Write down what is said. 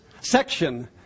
section